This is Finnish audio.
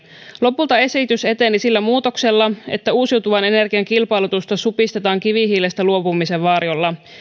lopulta esitys eteni sillä muutoksella että uusiutuvan energian kilpailutusta supistetaan kivihiilestä luopumisen varjolla